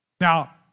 Now